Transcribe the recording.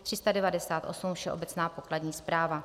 398 Všeobecná pokladní správa